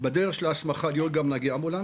בדרך של ההסמכה להיות גם נהגי אמבולנס.